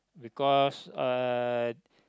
because uh